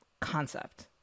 concept